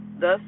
thus